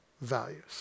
Values